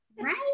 right